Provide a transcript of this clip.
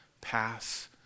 pass